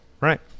Right